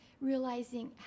realizing